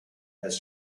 has